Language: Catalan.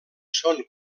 són